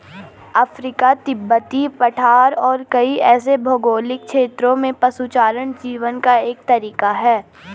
Africa, तिब्बती पठार और कई ऐसे भौगोलिक क्षेत्रों में पशुचारण जीवन का एक तरीका है